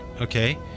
Okay